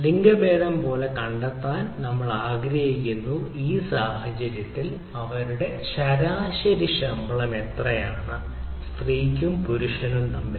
ലിംഗഭേദം പോലെ കണ്ടെത്താൻ നമ്മൾ ആഗ്രഹിക്കുന്നു ഈ സാഹചര്യത്തിൽ നിങ്ങളുടെ ആകെ ശരാശരി ശമ്പളം എത്രയാണെന്ന് പുരുഷനും സ്ത്രീയ്ക്കും എന്ന്